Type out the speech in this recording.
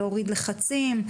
להוריד לחצים,